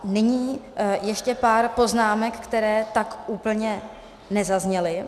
Nyní ještě pár poznámek, které tak úplně nezazněly.